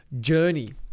journey